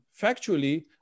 factually